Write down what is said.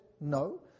no